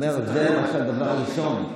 אני אומר שזה הדבר הראשון.